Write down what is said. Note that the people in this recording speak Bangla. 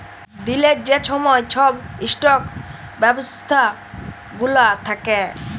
দিলের যে ছময় ছব ইস্টক ব্যবস্থা গুলা থ্যাকে